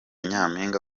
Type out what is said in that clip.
nyampinga